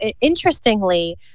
interestingly